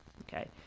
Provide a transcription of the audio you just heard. Okay